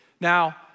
Now